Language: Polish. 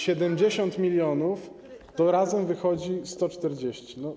70 mln, to razem wychodzi 140 mln.